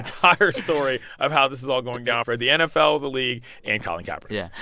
the entire story of how this is all going down for the nfl, the league and colin kaepernick yeah.